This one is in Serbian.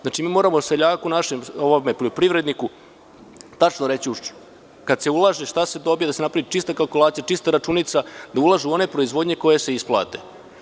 Znači, mi moramo našem seljaku i poljoprivredniku tačno reći kad se ulaže šta se dobije, da se napravi čista kalkulacija, čista računica, da ulažu u one proizvodnje koje se isplate.